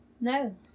No